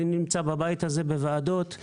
אני נמצא בבית הזה בוועדות שונות.